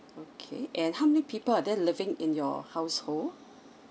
okay and how many people are there living in your household